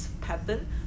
pattern